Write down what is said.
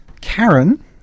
karen